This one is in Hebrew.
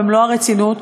במלוא הרצינות.